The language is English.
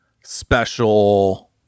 special